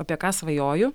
apie ką svajoju